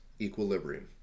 Equilibrium